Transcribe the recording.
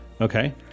Okay